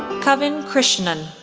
kavin krishnan,